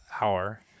hour